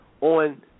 on